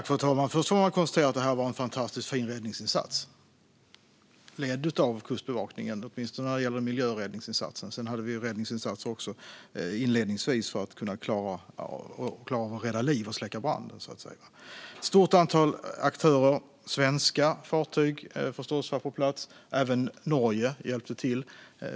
Fru talman! Först får man konstatera att detta var en fantastiskt fin räddningsinsats ledd av Kustbevakningen - åtminstone när det gäller miljöräddningsinsatsen; sedan hade vi också räddningsinsatser inledningsvis för att klara av att rädda liv och släcka branden, så att säga. Det var ett stort antal aktörer med. Svenska fartyg var förstås på plats, och även Norge hjälpte till.